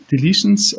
deletions